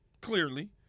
clearly